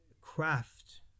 craft